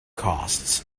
costs